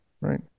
Right